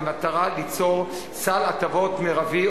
במטרה ליצור סל הטבות מרבי,